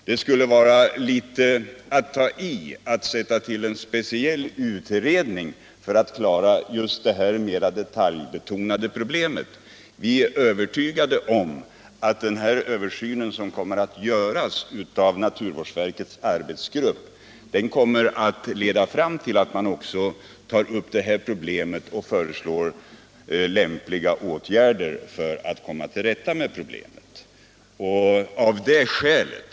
Det skulle vara att ta i att tillsätta en speciell utredning för att lösa det här detaljproblemet. Vi är övertygade om att naturvårdsverkets arbetsgrupp i sin översyn också kommer att ta upp detta problem och föreslå lämpliga åtgärder för att komma till rätta med det.